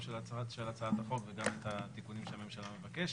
של הצעת החוק וגם את התיקונים שהממשלה מבקשת,